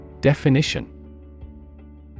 Definition